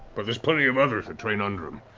but there's plenty of others that train under him.